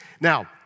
Now